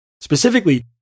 Specifically